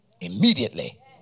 immediately